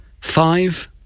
five